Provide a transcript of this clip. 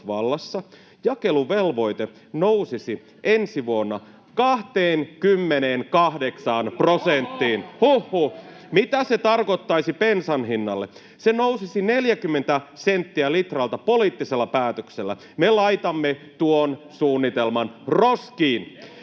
välihuuto — Mauri Peltokangas: Järkyttävää!] Huh huh. Mitä se tarkoittaisi bensan hinnalle? Se nousisi 40 senttiä litralta poliittisella päätöksellä. Me laitamme tuon suunnitelman roskiin.